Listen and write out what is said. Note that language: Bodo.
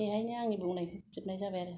बेहायनो आंनि बुंनायखौ फोजोबनाय जाबाय आरो